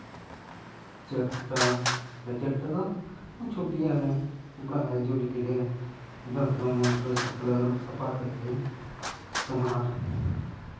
ᱪᱟᱴᱴᱟ ᱥᱟᱲᱮ ᱪᱟᱴᱴᱟ ᱫᱚ ᱪᱷᱩᱴᱤᱜ ᱟᱞᱮ ᱚᱲᱟᱜ ᱦᱤᱡᱩᱜ ᱞᱟᱹᱜᱤᱫᱞᱮ ᱡᱚᱱᱛᱨᱚ ᱢᱚᱱᱛᱨᱚ ᱡᱚᱛᱚᱞᱮ ᱟᱨᱩᱵ ᱥᱟᱯᱟ ᱠᱮᱫᱜᱮ ᱛᱳᱢᱟᱨ